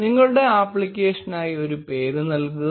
നിങ്ങളുടെ ആപ്പ്ളിക്കേഷനായി ഒരു പേര് നൽകുക